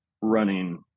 running